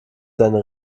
seine